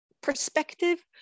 perspective